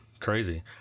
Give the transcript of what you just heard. crazy